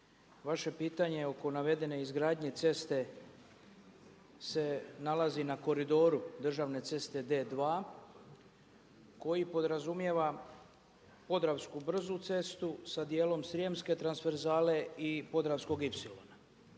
Vaše pitanje oko navedene izgradnje ceste se nalazi na koridoru državne ceste D2 koji podrazumijeva podravsku brzu cestu sa djelom srijemske transverzale i podravskog Y.